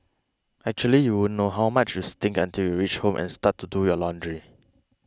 actually you won't know how much you stink until you reach home and start to do your laundry